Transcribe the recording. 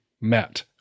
met